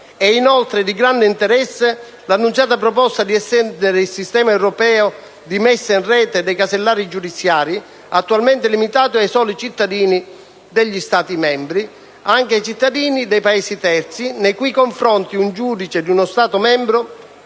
È, inoltre, di grande interesse l'annunciata proposta di estendere il Sistema europeo di messa in rete dei casellari giudiziari, attualmente limitato ai soli cittadini degli Stati membri, anche ai cittadini dei Paesi terzi nei cui confronti un giudice di uno Stato membro